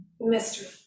Mystery